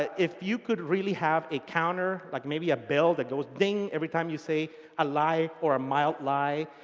if you could really have a counter, like, maybe a bell that goes ding every time you say a lie or mild lie,